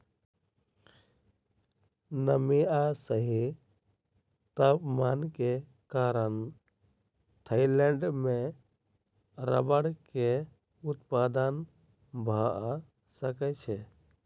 नमी आ सही तापमान के कारण थाईलैंड में रबड़ के उत्पादन भअ सकै छै